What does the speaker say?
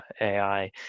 AI